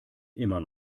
immer